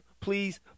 please